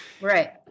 Right